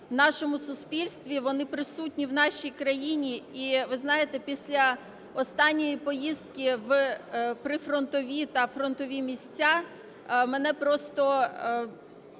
в нашому суспільстві, вони присутні в нашій країні. І ви знаєте, після останньої поїздки в прифронтові та фронтові місця мене просто,